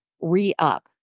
re-up